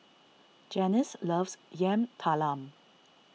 Janice loves Yam Talam